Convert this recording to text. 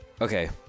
okay